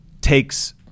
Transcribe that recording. takes